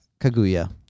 Kaguya